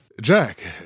Jack